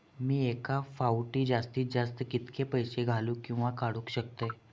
मी एका फाउटी जास्तीत जास्त कितके पैसे घालूक किवा काडूक शकतय?